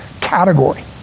category